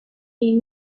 est